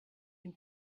can